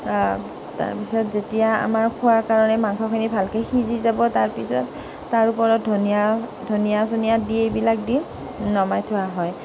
তাৰ পিছৰ যেতিয়া আমাৰ খোৱাৰ কাৰণে মাংসখিনি ভালকৈ সিজি যাব তাৰ পিছত তাৰ ওপৰত ধনিয়া চনিয়া দি এইবিলাক দি নমাই থোৱা হয়